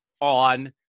on